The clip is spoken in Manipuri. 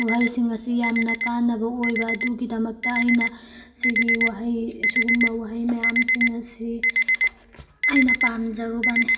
ꯋꯥꯍꯩꯁꯤꯡ ꯑꯁꯤ ꯌꯥꯝꯅ ꯀꯥꯟꯅꯕ ꯑꯣꯏꯕ ꯑꯗꯨꯒꯤꯗꯃꯛꯇ ꯑꯩꯅ ꯁꯤꯒꯤ ꯋꯥꯍꯩ ꯑꯁꯨꯒꯨꯝꯕ ꯋꯥꯍꯩ ꯃꯌꯥꯝꯁꯤꯡ ꯑꯁꯤ ꯑꯩꯅ ꯄꯥꯝꯖꯔꯨꯕꯅꯦ